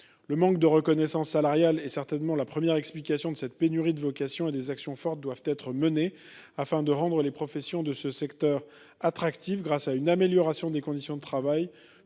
Le manque de reconnaissance salariale est certainement la première explication de cette pénurie de vocations. Des actions fortes doivent être menées afin de rendre les professions de ce secteur attractives grâce à une amélioration des conditions de travail,